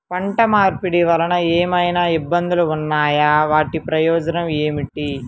పంట మార్పిడి వలన ఏమయినా ఇబ్బందులు ఉన్నాయా వాటి ప్రయోజనం ఏంటి?